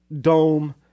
dome-